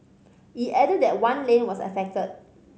it added that one lane was affected